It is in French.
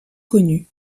connu